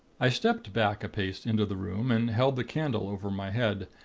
i stepped back a pace into the room, and held the candle over my head,